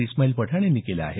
इस्माईल पठाण यांनी केलं आहे